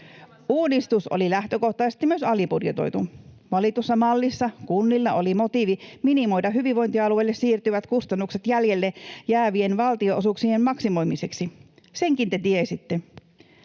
Uudistus oli lähtökohtaisesti myös alibudjetoitu. Valitussa mallissa kunnilla oli motiivi minimoida hyvinvointialueille siirtyvät kustannukset jäljelle jäävien valtionosuuksien maksimoimiseksi. Senkin te tiesitte.